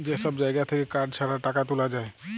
যে সব জাগা থাক্যে কার্ড ছাড়া টাকা তুলা যায়